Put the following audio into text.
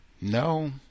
No